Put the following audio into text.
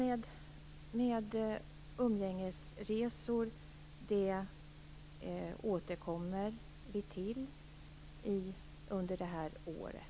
Vi återkommer till frågan om umgängesresor under detta år.